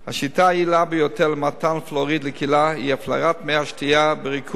השיטה היעילה ביותר למתן פלואוריד לקהילה היא הפלרת מי השתייה בריכוז